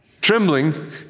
trembling